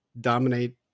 dominate